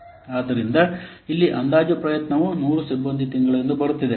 ಆದ್ದರಿಂದ ಇಲ್ಲಿ ಅಂದಾಜು ಪ್ರಯತ್ನವು 100 ಸಿಬ್ಬಂದಿ ತಿಂಗಳು ಎಂದು ಬರುತ್ತಿದೆ